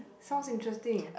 sounds interesting